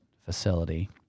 facility